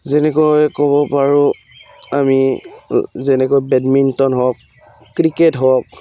যেনেকৈ ক'ব পাৰোঁ আমি যেনেকৈ বেডমিণ্টন হওক ক্ৰিকেট হওক